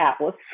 atlas